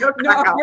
no